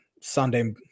Sunday